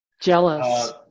jealous